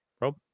Rob